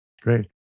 Great